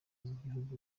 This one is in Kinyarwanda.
z’igihugu